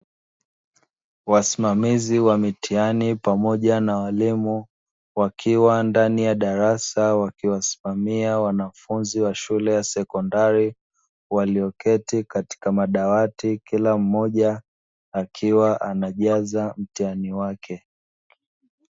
Wasimamizi wa mitihani pamoja na walimu wakiwa ndani ya darasa, wakiwasimamia wanafunzi wa shule ya sekondari walioketi katika madawati, kila mmoja akiwa anajaza mtihani wake.